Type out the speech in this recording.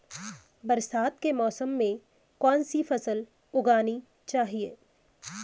बरसात के मौसम में कौन सी फसल उगानी चाहिए?